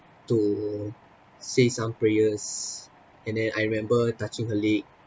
to say some prayers and then I remember touching her leg